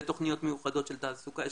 ותוכניות מיוחדות של תעסוקה.